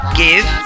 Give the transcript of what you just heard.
give